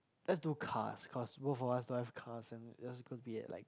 let's do cars cause both of us like cars and just could be at like